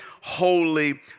holy